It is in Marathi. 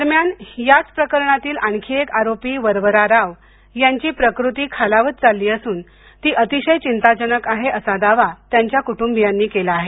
दरम्यान याच प्रकरणातील आणखी एक आरोपी वरवरा राव यांची प्रकृती खालावत चालली असून ती अतिशय चिंताजनक आहे असा दावा त्यांच्या कुटुंबियांनी केला आहे